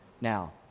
Now